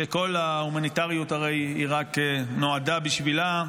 שהרי כל ה"הומניטריות" נועדה בשבילו,